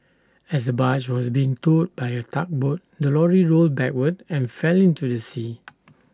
as barge was being towed by A tugboat the lorry rolled backward and fell into the sea